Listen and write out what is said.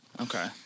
okay